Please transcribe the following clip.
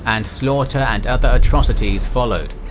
and slaughter and other atrocities followed.